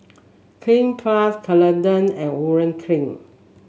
Cleanz Plus Ceradan and Urea Cream